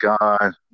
god